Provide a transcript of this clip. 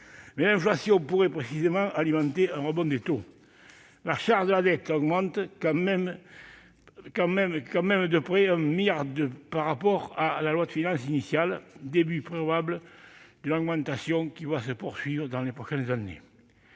dit, l'inflation pourrait précisément alimenter un rebond des taux. La charge de la dette augmente quand même de près de 1 milliard d'euros par rapport à la loi de finances initiale, début probable d'une augmentation qui va se poursuivre dans les prochaines années.